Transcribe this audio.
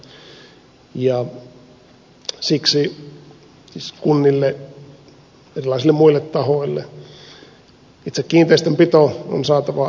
siksi kunnille ja erilaisille muille tahoille itse kiinteistönpito on saatava kuntoon